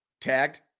tagged